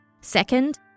Second